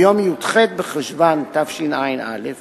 ביום י"ח בחשוון תשע"א,